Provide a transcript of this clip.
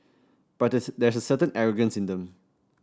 but there's there's a certain arrogance in them